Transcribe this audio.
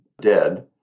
dead